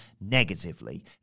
negatively